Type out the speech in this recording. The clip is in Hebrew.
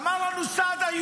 אמר לנו סעדה,